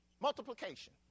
multiplication